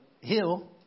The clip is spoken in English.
hill